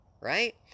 right